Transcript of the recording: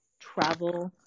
travel